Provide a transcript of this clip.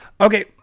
Okay